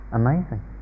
amazing